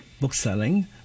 bookselling